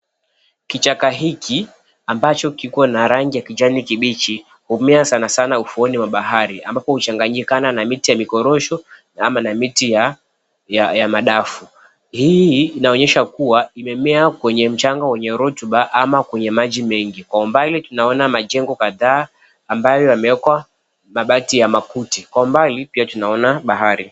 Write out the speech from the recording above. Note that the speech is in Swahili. Kichaka hiki ambacho kiko na rangi ya kijani kibichi humea sanasana ufuo wa bahari ambapo huchanganyikana na miti ya mikorosho ama na miti ya madafu. Hii inaonyesha kuwa imemea kwenye mchanga wenye rotuba ama kwenye maji mengi. Kwa umbali tunaona majengo kadhaa ambayo yamewekwa mabati ya makuti. Kwa umbali pia tunaona bahari.